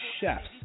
CHEFS